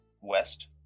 west